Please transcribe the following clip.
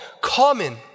common